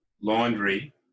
laundry